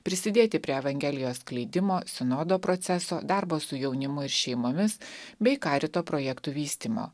prisidėti prie evangelijos skleidimo sinodo proceso darbo su jaunimu ir šeimomis bei karito projektų vystymo